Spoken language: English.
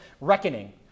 reckoning